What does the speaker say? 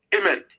Amen